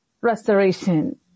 restoration